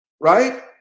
right